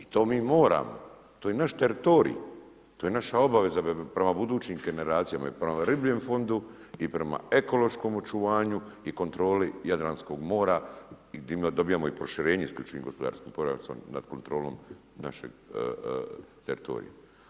I to mi moramo, to je naš teritorij, to je naša obaveza prema budućim generacijama i prema ribljem fondu i prema ekološkom očuvanju i kontroli Jadranskog mora i gdje dobivamo i proširenje isključivim gospodarskim pojasom nad kontrolom našeg teritorija.